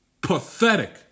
Pathetic